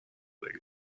tegi